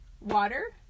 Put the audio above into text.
water